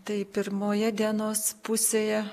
tai pirmoje dienos pusėje